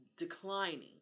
Declining